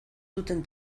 duten